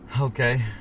Okay